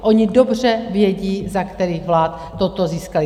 Oni dobře vědí, za kterých vlád toto získali.